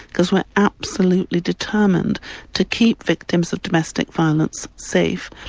because we're absolutely determined to keep victims of domestic violence safe.